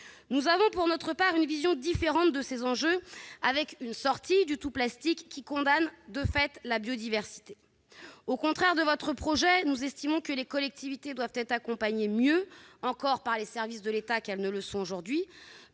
Nous avons, pour notre part, une vision différente de ces enjeux avec une sortie du tout plastique, qui condamne de fait la biodiversité. Au contraire de votre projet, nous estimons que les collectivités doivent être accompagnées mieux encore qu'elles ne le sont aujourd'hui